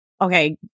Okay